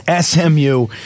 SMU